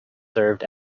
served